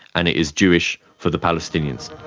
and it is jewish for the palestinians.